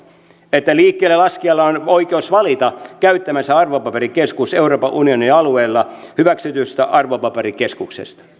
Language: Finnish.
että liikkeellelaskijalla on oikeus valita käyttämänsä arvopaperikeskus euroopan unionin alueella hyväksytyistä arvopaperikeskuksista